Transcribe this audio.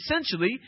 Essentially